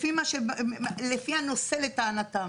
לפי הנושא לטענתם.